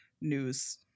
news